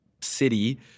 city